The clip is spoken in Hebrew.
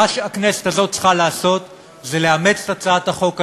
מה שהכנסת הזאת צריכה לעשות זה לאמץ את הצעת החוק הזאת,